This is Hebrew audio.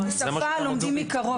שפה לומדים מקרוב.